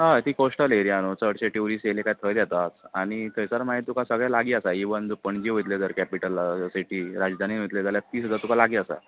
हय ती coastal area न्हू चडशे टुरिस्ट येयले कांय थंयत येतात आनी थंयसर मागीर तुका सगळे लागीं आसा इवन जर तूं पणजे वयतलय केपिटल सिटीन राजधानीन वयतलय जाल्यार ती सुद्दां तुका लागीं आसा